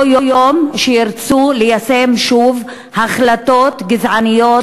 יום שירצו ליישם שוב החלטות גזעניות,